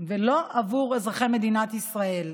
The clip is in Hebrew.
ולא עבור אזרחי מדינת ישראל.